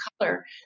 color